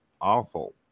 Awful